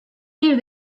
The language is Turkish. bir